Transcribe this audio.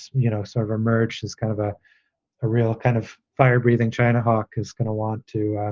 you know, sort of emerged as kind of a ah real kind of fire breathing, trying to hawk is going to want to